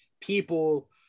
people